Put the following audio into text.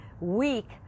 week